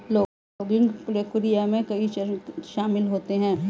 logging प्रक्रिया में कई चरण शामिल होते है